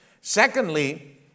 Secondly